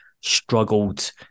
struggled